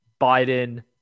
Biden